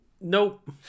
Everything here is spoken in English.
Nope